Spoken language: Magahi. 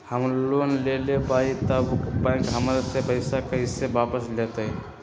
हम लोन लेलेबाई तब बैंक हमरा से पैसा कइसे वापिस लेतई?